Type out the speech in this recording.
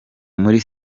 muri